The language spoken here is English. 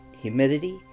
humidity